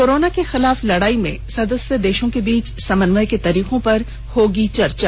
corona के खिलाफ लड़ाई में सदस्य देशों के बीच समन्वय के तरीकों पर होगी चर्चा